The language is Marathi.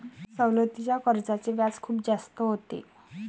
सवलतीच्या कर्जाचे व्याज खूप जास्त होते